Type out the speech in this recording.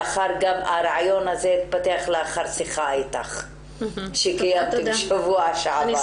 שהרעיון הזה התפתח לאחר שיחה איתך שקיימתי בשבוע שעבר.